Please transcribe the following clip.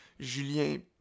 Julien